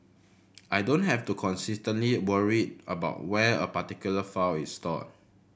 I don't have to constantly worry about where a particular file is stored